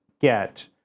get